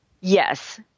Yes